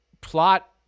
plot